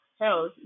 health